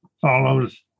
follows